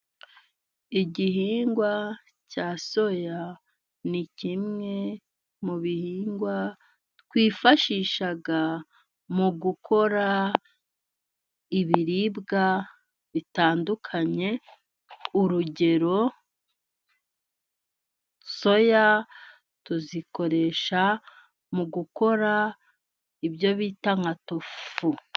Igihingwa cya soya, ni kimwe mu bihingwa twifashisha mu gukora ibiribwa bitandukanye. Urugero: soya tuzikoresha mu gukora ibyo bita nka tofu.